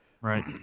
Right